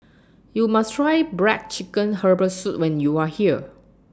YOU must Try Black Chicken Herbal Soup when YOU Are here